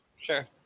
Sure